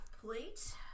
plate